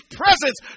presence